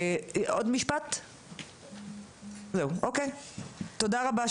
תודה רבה.